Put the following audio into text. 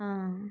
ആ